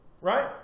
Right